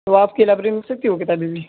تو آپ کی لائیبریری میں مل سکتی ہے وہ کتابیں بھی